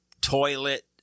toilet